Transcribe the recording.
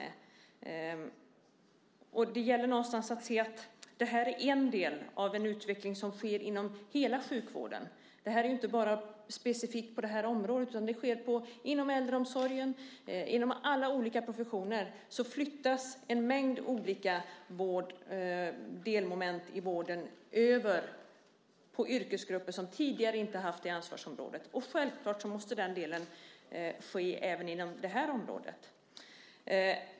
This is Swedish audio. Det gäller att se att det här är en del av en utveckling som sker inom hela sjukvården. Det här är ju inte bara specifikt för det här området. Det sker även inom äldreomsorgen. Inom alla olika professioner flyttas en mängd olika delmoment i vården över på yrkesgrupper som tidigare inte har haft det ansvarsområdet. Och självklart måste det ske även inom det här området.